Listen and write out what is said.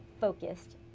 Focused